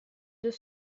deux